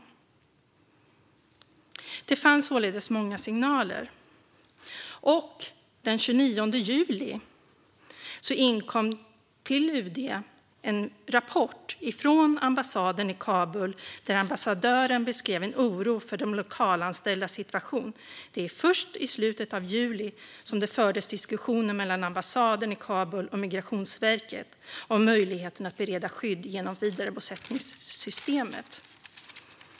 Det fanns således många signaler. Den 29 juli inkom till UD en rapport från ambassaden i Kabul, där ambassadören beskrev en oro för de lokalanställdas situation. Det var först i slutet av juli som det fördes diskussioner mellan ambassaden i Kabul och Migrationsverket om möjligheten att bereda skydd genom vidarebosättningssystemet.